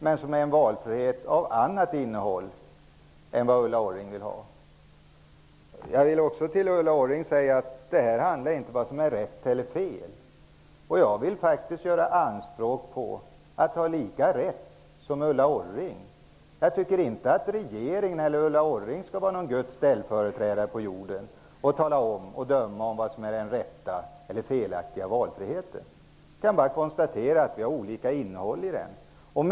Det är dock en valfrihet med ett annat innehåll än vad Ulla Orring vill ha. Till Ulla Orring vill jag säga att det inte handlar om vad som är rätt eller fel. Jag vill faktiskt göra anspråk på att ha lika mycket rätt som Ulla Orring. Jag tycker inte att regeringen eller Ulla Orring skall vara Guds ställföreträdare på jorden och tala om och döma i vad som är valfrihet på rätt eller fel sätt. Jag kan bara konstatera att vi vill ha olika innehåll i valfriheten.